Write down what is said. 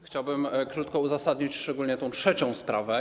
Chciałbym krótko uzasadnić szczególnie tę trzecią sprawę.